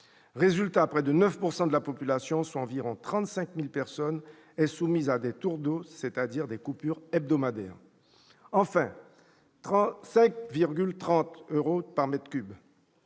Résultat : près de 9 % de la population, soit environ 35 000 personnes, sont soumis à des « tours d'eau », c'est-à-dire à des coupures hebdomadaires. Enfin, le prix de l'eau et